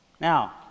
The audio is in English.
now